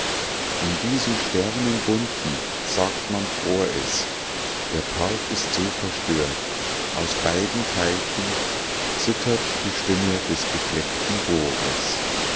in diesen sternenbunten sagt man fror es der park ist so verstört aus beiden teichen zittert die stimme des gefleckten rohres